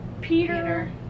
Peter